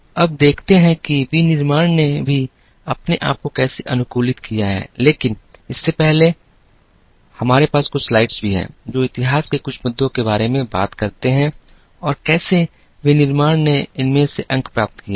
अब देखते हैं कि विनिर्माण ने भी अपने आप को कैसे अनुकूलित किया है लेकिन इससे पहले हमारे पास कुछ स्लाइड्स भी हैं जो इतिहास में कुछ मुद्दों के बारे में बात करते हैं और कैसे विनिर्माण ने इनमें से अंक प्राप्त किए हैं